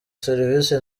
serivisi